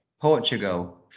Portugal